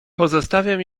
pozostawiam